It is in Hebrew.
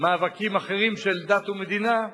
מאבקים אחרים, של דת ומדינה,